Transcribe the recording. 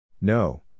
No